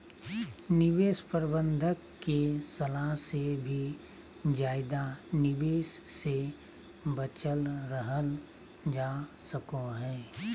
निवेश प्रबंधक के सलाह से भी ज्यादा निवेश से बचल रहल जा सको हय